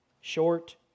short